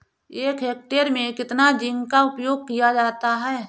एक हेक्टेयर में कितना जिंक का उपयोग किया जाता है?